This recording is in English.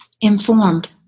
informed